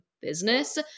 business